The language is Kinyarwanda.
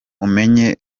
umenye